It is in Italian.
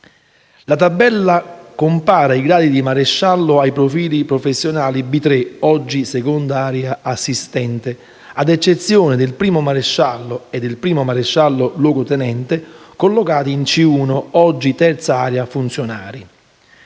La tabella compara i gradi di maresciallo ai profili professionali B3 (oggi seconda area "assistente"), ad eccezione del 1° maresciallo e del 1° maresciallo luogotenente, collocati in C1 (oggi terza area "funzionari").